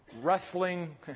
wrestling